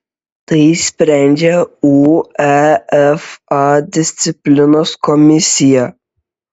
tai sprendžia uefa disciplinos komisija